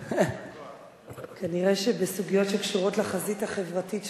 כנראה שבסוגיות שקשורות לחזית החברתית,